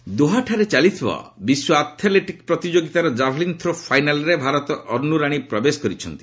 ଅନୁରାଣୀ ଦୋହାଠାରେ ଚାଲିଥିବା ବିଶ୍ୱ ଆଥଲେଟିକ୍ ପ୍ରତିଯୋଗିତାର କ୍ଷାଭେଲିନ୍ ଥ୍ରୋ ଫାଇନାଲରେ ଭାରତର ଅନ୍ନରାଣୀ ପ୍ରବେଶ କରିଛନ୍ତି